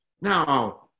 Now